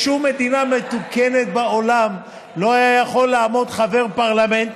בשום מדינה מתוקנת בעולם לא היה יכול לעמוד חבר פרלמנט,